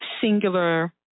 singular